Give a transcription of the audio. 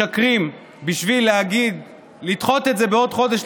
משקרים בשביל לדחות את זה בעוד חודש,